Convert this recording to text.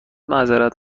معذرت